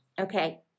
Okay